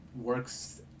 works